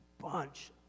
bunch